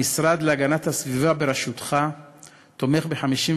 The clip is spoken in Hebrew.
המשרד להגנת הסביבה בראשותך תומך בכ-52